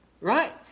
right